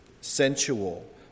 sensual